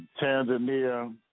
Tanzania